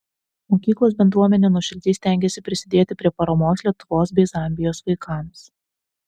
mokyklos bendruomenė nuoširdžiai stengėsi prisidėti prie paramos lietuvos bei zambijos vaikams